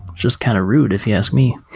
just kind of rude if you ask me